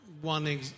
one